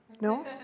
No